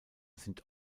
sind